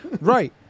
right